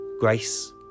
Grace